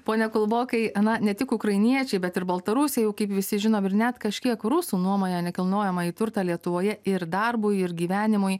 pone kulbokai a na ne tik ukrainiečiai bet ir baltarusiai jau kaip visi žinom ir net kažkiek rusų nuomoja nekilnojamąjį turtą lietuvoje ir darbui ir gyvenimui